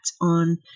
on